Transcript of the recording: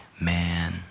man